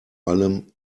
allem